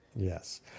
Yes